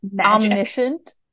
omniscient